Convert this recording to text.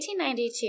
1892